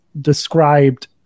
described